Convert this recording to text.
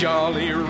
Jolly